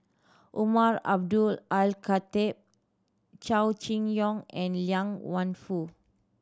Umar Abdullah Al Khatib Chow Chee Yong and Liang Wenfu